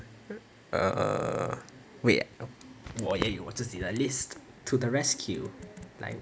err wait 我也有我自己的 list to the rescue 来